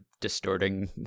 distorting